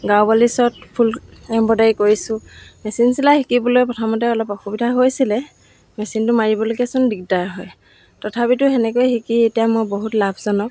গাৰু পলিচত ফুল এম্ব্ৰইডাৰী কৰিছোঁ মেচিন চিলাই শিকিবলৈ প্ৰথমতে অলপ অসুবিধা হৈছিলে মেচিনটো মাৰিবলৈকেচোন দিগদাৰ হয় তথাপিতো তেনেকৈ শিকি এতিয়া মই বহুত লাভজনক